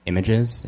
Images